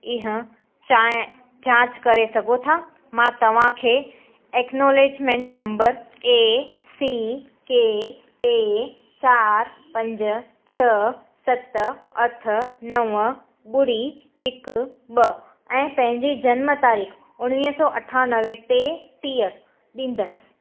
ईहां चाएं जाचुं करे सघो था मां तव्हांखे acknowledgement number A C K T चारि पंज छ सत अठ नवं ॿुड़ी हिकु ॿ ऐं पहिंजे जनम तारीख़ उणिवीह सौ अठानवे टेटीह ॾींदस